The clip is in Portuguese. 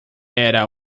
era